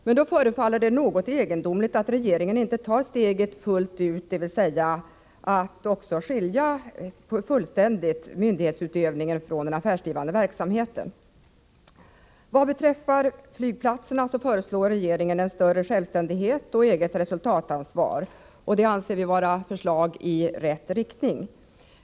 Men det förefaller något egendomligt att regeringen inte tar steget fullt ut, dvs. fullständigt avskiljer myndighetsutövningen från den affärsdrivande verksamheten. Vad beträffar flygplatserna föreslår regeringen att de ges en större självständighet och eget resultatansvar. Det anser vi vara förslag i rätt riktning.